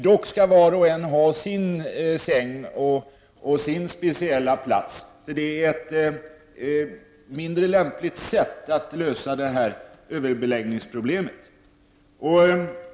Dock skall var och en ha sin säng och sin speciella plats, så det är ett mindre lämpligt sätt att lösa överbeläggningsproblemet.